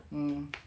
um